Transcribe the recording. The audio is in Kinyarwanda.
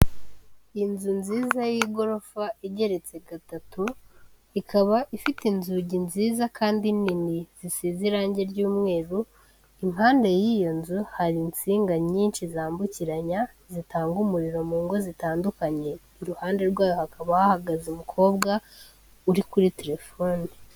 Inzu nziza y'igorofa igeretse gatatu, ikaba ifite inzugi nziza kandi nini zisize irangi ry'umweru, impande y'iyo nzu hari insinga nyinshi zambukiranya zitanga umuriro mu ngo zitandukanye, iruhande rwayo hakaba hahagaze umukobwa uri kuri telefone.